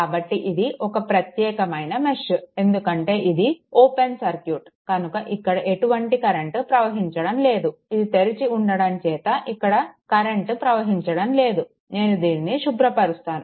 కాబట్టి ఇది ఒక ప్రత్యేకమైన మెష్ ఎందుకంటే ఇది ఓపెన్ సర్క్యూట్ కనుక ఇక్కడ ఎటువంటి కరెంట్ ప్రవహించడం లేదు ఇది తెరిచి ఉండటం చేత ఇక్కడ కరెంట్ ప్రవహించడం లేదు నేను దీనిని శుభ్రపరుస్తాను